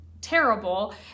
terrible